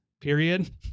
period